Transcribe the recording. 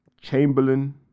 Chamberlain